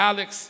Alex